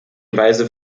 weise